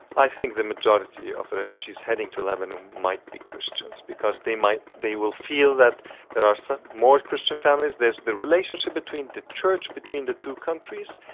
i think the majority of the refugees heading to lebanon might be christians. because they might, they will feel that there are so more christian families there's the relationship between the church between the two countries,